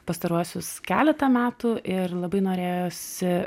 pastaruosius keletą metų ir labai norėjosi